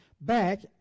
back